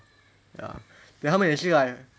ya 他们也是 like